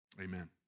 amen